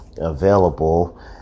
available